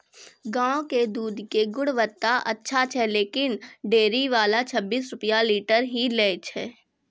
गांव के दूध के गुणवत्ता अच्छा छै लेकिन डेयरी वाला छब्बीस रुपिया लीटर ही लेय छै?